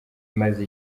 maze